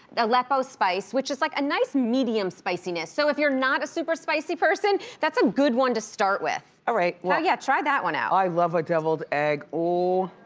aleppo spice, which is like a nice medium spiciness. so if you're not a super spicy person, that's a good one to start with. all right, well yeah, try that one out. i love a deviled egg, oh.